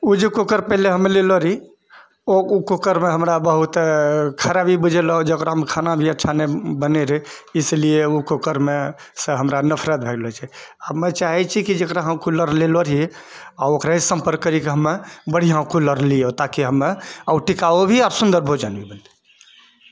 ओ जे कूकर पहिले हम लेलो रही ओ ओ कूकरमे हमरा बहुत खराबी बुझेलो जकरामे खाना भी अच्छा नहि बनए रहै इसलिए ओ कूकरमे से हमरा नफरत भए गेलो छै हमे चाहै छिऐ कि जकरा हम कूकर लेलो रहिऐ आ ओकरेसँ सम्पर्क करिकऽ हमे बढ़िआँ कूकर लियो ताकि हमे ओ टिकाउ भी आ सुन्दर भोजन भी मिलतै